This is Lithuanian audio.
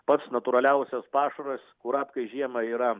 pats natūraliausias pašaras kurapkai žiemą yra